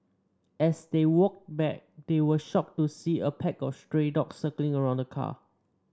as they walked back they were shocked to see a pack of stray dogs circling around the car